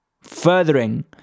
Furthering